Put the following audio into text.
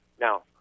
Now